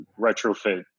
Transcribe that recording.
retrofit